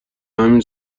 همین